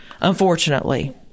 unfortunately